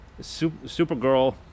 Supergirl